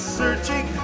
searching